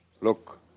Look